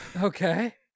Okay